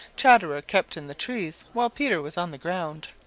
chatterer kept in the trees while peter was on the ground.